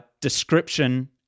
description